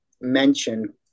mention